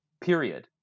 period